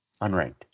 unranked